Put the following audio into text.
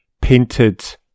painted